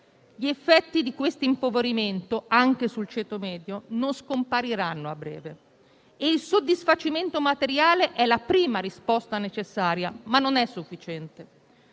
Gli effetti di questo impoverimento anche sul ceto medio non scompariranno a breve. Il soddisfacimento materiale è la prima risposta necessaria, ma non è sufficiente.